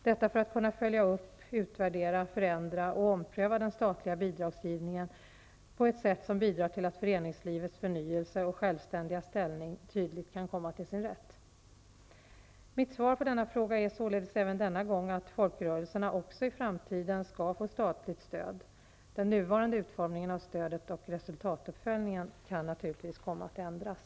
Detta för att kunna följa upp, utvärdera, förändra och ompröva den statliga bidragsgivningen på ett sätt som bidrar till att föreningslivets förnyelse och självständiga ställning tydligt kan komma till sin rätt. Mitt svar på Karin Israelssons fråga är således även denna gång att folkrörelserna också i framtiden skall få statligt stöd. Den nuvarande utformningen av stödet och resultatuppföljningen kan naturligtvis komma att ändras.